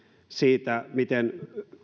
siitä miten